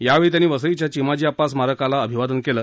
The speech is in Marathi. यावेळी त्यांनी वसईच्या चिमाजी आप्पा स्मारकाला अभिवादन केलं